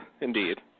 indeed